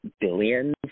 billions